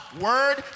Word